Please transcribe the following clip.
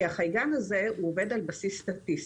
כי החייגן הזה עובד על בסיס סטטיסטי.